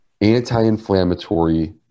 anti-inflammatory